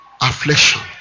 affliction